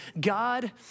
God